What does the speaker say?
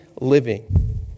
living